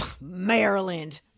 Maryland